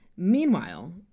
Meanwhile